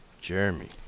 Jeremy